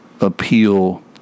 appeal